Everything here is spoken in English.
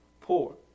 poor